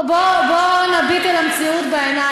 למה לא, בוא נביט אל המציאות בעיניים.